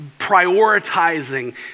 prioritizing